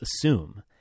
assume